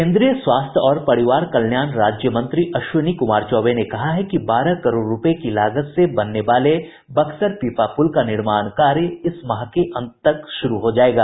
केन्द्रीय स्वास्थ्य और परिवार कल्याण राज्य मंत्री अश्विनी कुमार चौबे ने कहा है कि बारह करोड़ रुपये की लागत से बनने वाले बक्सर पीपा पुल का निर्माण कार्य इस माह के अंत तक शुरु हो जायेगा